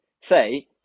Say